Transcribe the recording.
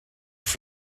for